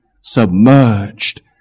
submerged